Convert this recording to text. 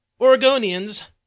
Oregonians